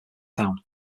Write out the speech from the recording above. town